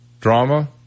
Drama